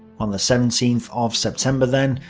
on the seventeenth of september then,